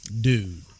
dude